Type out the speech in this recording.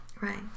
right